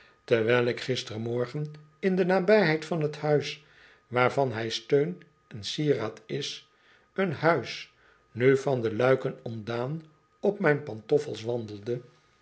terwijl ik gistermorgen in de nabijheid van t huis waarvan hij steun en sieraad is een huis nu van de luiken ontdaan op mijn pantoffels